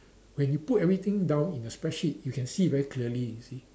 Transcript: when you put everything down in a spreadsheet you can see it very clearly you see